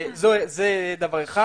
זה דבר אחד.